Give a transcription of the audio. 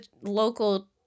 local